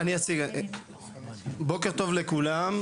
בוקר טוב לכולם.